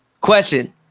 Question